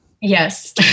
Yes